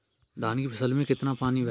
धान की फसल में कितना पानी भरें?